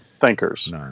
Thinkers